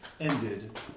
ended